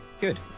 Good